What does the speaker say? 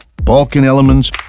balkan elements.